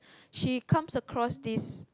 she comes across this